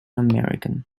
american